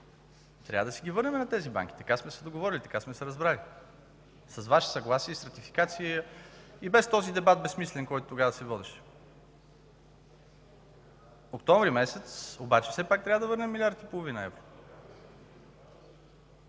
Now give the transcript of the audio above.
трябва да си ги върнем на тези банки – така сме се договорили, така сме се разбрали. С Ваше съгласие и с ратификация, и без този безсмислен дебат, който тогава се водеше. През октомври месец обаче все пак трябва да върнем милиард и половина евро.